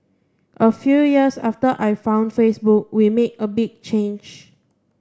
a few years after I found Facebook we made a big change